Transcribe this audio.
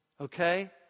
Okay